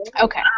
Okay